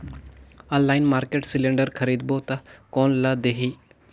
Online market cylinder खरीदबो ता कोन ला देही?